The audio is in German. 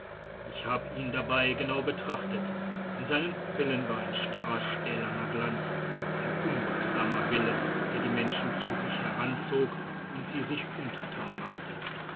ich hab ihn dabei genau betrachtet in seinen pupillen war ein starrer stählerner glanz ein unbeugsamer wille der die menschen zu sich heranzog und sie sich untertan machte